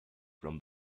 from